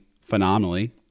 phenomenally